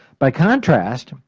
by contrast,